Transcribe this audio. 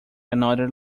another